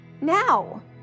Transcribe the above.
now